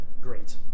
Great